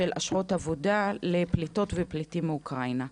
בנושא אשרות עבודה לפליטות ופליטים מאוקראינה.